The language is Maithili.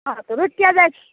हँ तऽ रुकि किएक जाइ छिए